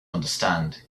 understand